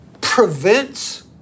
prevents